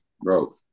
Bro